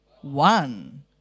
one